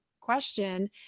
question